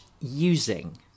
using